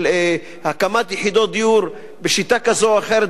של הקמת יחידות דיור בשיטה כזו או אחרת,